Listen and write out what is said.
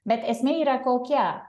bet esmė yra kokia